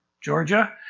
Georgia